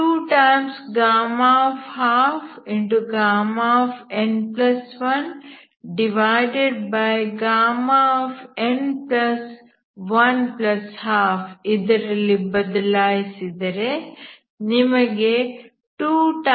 12n1n112 ಇದರಲ್ಲಿ ಬದಲಾಯಿಸಿದರೆ ನಿಮಗೆ 22nn